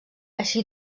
així